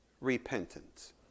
repentance